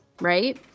right